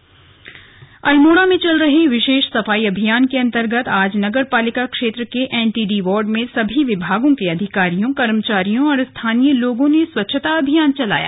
slug सफाई अभियान अल्मोड़ा में चल रहे विशेष सफाई अभियान के अन्तर्गत आज नगर पालिका क्षेत्र के एनटीडी वार्ड में सभी विभागों के अधिकारियों कर्मचारियों और स्थानीय लोगों ने स्वच्छता अभियान चलाया